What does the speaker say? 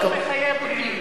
מחייב את מי?